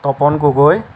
Tapan Gogoi